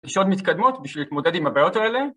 לישון מתקדמות בשביל להתמודד עם הבעיות האלה